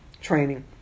training